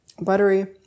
Buttery